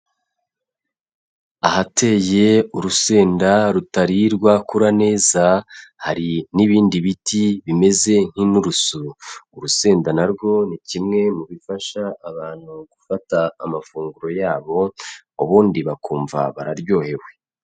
Ahateye urusenda rutari rwakura neza, hari n'ibindi biti bimeze nk'inturusu, urusenda na rwo ni kimwe mu bifasha abantu gufata amafunguro yabo, ubundi bakumva bararyohewe.